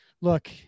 look